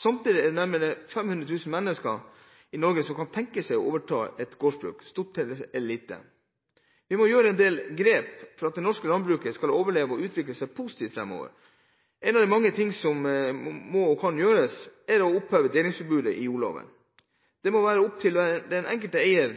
Samtidig er det nærmere 500 000 mennesker i Norge som kan tenke seg å overta et gårdsbruk – stort eller lite. Vi må gjøre en del grep for at det norske landbruket skal overleve og utvikle seg positivt framover. En av de mange ting som må og kan gjøres, er å oppheve delingsforbudet i jordloven. Det må være opp til den enkelte eier